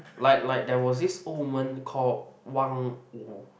like like there was this old woman called